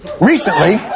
Recently